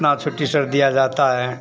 कितनी छुट्टी सर दी जाती है